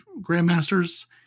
Grandmasters